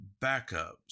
backups